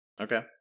Okay